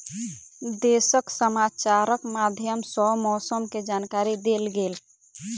देशक समाचारक माध्यम सॅ मौसम के जानकारी देल गेल